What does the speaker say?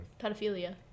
Pedophilia